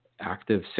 Active